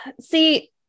See